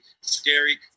scary